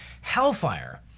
hellfire